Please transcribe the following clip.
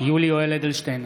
יולי יואל אדלשטיין,